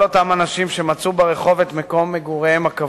אותם אנשים שמצאו ברחוב את מקום מגוריהם הקבוע,